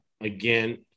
Again